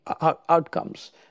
outcomes